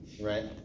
right